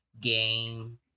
game